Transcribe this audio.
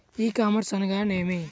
ఈ కామర్స్ అనగానేమి?